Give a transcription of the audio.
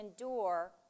endure